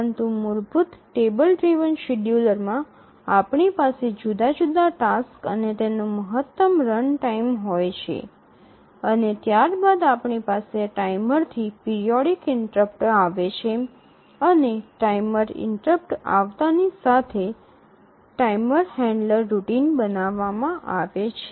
અહીં મૂળભૂત table driven શેડ્યૂલરમાં આપણી પાસે જુદા જુદા ટાસ્ક અને તેમનો મહત્તમ રનટાઇમ હોય છે અને ત્યારબાદ આપણી પાસે ટાઈમરથી પિરિયોડિક ઇન્ટરપ્ટ આવે છે અને ટાઇમર ઇન્ટરપ્ટ આવતાની સાથે ટાઇમર હેન્ડલર રૂટીન બનાવવામાં આવે છે